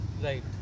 right